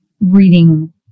reading